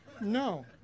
No